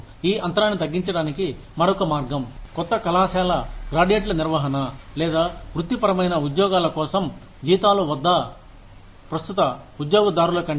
ఈ అంతరాన్ని తగ్గించడానికి మరొక మార్గం కొత్త కళాశాల గ్రాడ్యుయేట్ల నిర్వహణ లేదా వృత్తిపరమైన ఉద్యోగాల కోసం జీతాలు వద్ద ప్రస్తుత ఉద్యోగదారులకంటే